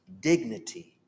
dignity